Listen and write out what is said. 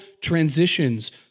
transitions